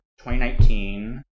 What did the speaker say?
2019